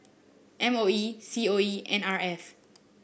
M O H C O E N R F